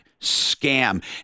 scam